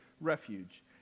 refuge